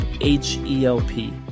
H-E-L-P